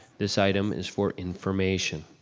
this item is for information.